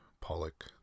Pollock